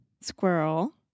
squirrel